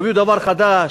יביאו דבר חדש,